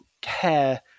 care